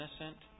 innocent